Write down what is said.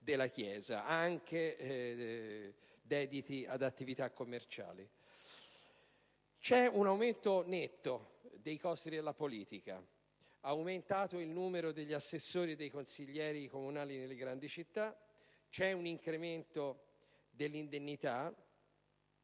della Chiesa, anche dediti ad attività commerciali. C'è un aumento netto dei costi della politica: è aumentato il numero degli assessori e dei consiglieri comunali nelle grandi città; c'è un incremento delle indennità;